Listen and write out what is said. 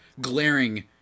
glaring